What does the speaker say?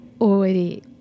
already